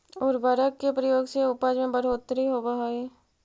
उर्वरक के प्रयोग से उपज में बढ़ोत्तरी होवऽ हई